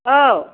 औ